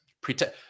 pretend